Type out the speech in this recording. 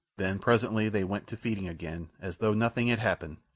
then, presently, they went to feeding again as though nothing had happened,